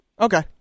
Okay